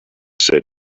said